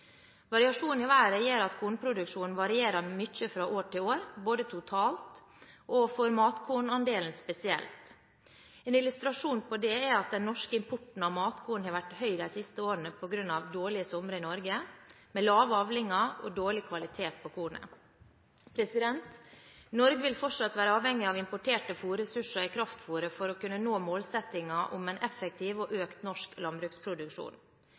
Variasjonen i været gjør at kornproduksjonen varierer mye fra år til år, både totalt og for matkornandelen spesielt. En illustrasjon på dette er at den norske importen av matkorn har vært høy de siste årene på grunn av dårlige somre i Norge, med lave avlinger og dårlig kvalitet på kornet. Norge vil fortsatt være avhengig av importerte fôrressurser i kraftfôret for å kunne nå målsettingen om en effektiv og økt norsk landbruksproduksjon.